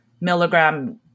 milligram